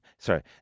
Sorry